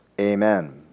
Amen